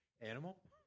Animal